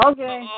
Okay